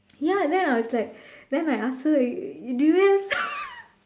ya then I was like then I ask her do you have